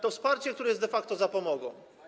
To wsparcie, które jest de facto zapomogą.